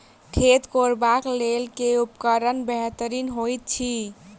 खेत कोरबाक लेल केँ उपकरण बेहतर होइत अछि?